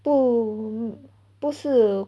不不是